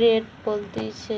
rate বলতিছে